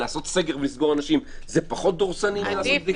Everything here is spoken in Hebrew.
לעשות סגר ולסגור אנשים זה פחות דורסני מבדיקה?